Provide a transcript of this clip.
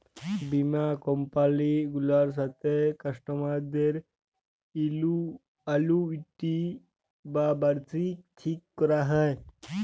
বীমা কমপালি গুলার সাথে কাস্টমারদের আলুইটি বা বার্ষিকী ঠিক ক্যরা হ্যয়